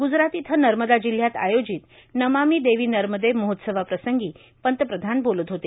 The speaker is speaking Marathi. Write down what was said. ग्जराथ इथं नर्मदा जिल्ह्यात आयोजित नमामी देवी नर्मदे महोत्सवा प्रसंगी पंतप्रधान बोलत होते